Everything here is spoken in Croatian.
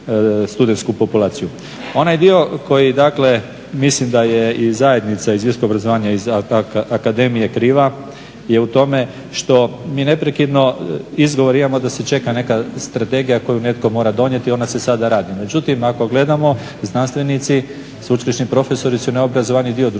Onaj dio koji dakle, mislim da je i zajednica iz …/Govornik se ne razumije./… akademije kriva, je u tome što mi neprekidno izgovor imamo da se čeka neka strategija koju netko mora donijeti. Ona se sada radi. Međutim, ako gledamo znanstvenici, sveučilišni profesori su najobrazovaniji dio društva i